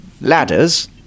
ladders